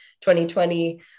2020